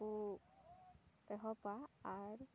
ᱠᱚ ᱮᱦᱚᱵᱟ ᱟᱨ